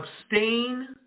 abstain